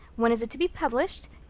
when is it to be published?